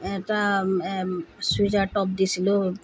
এটা চুৰিদাৰ টপ দিছিলোঁ